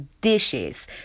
dishes